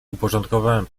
uporządkowałem